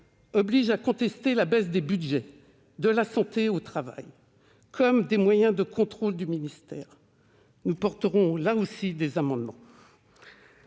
oblige à contester la baisse des budgets de la santé au travail comme des moyens de contrôle du ministère. Nous présenterons également des amendements